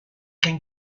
can